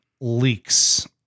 leaks